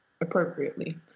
appropriately